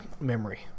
memory